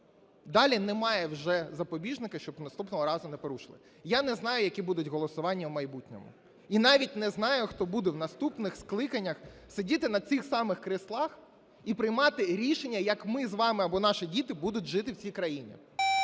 далі немає вже запобіжника, щоб наступного разу не порушили. Я не знаю, які будуть голосування в майбутньому і навіть не знаю, хто буде в наступних скликаннях сидіти на цих самих кріслах і приймати рішення, як ми з вами або наші діти будуть жити в цій країні.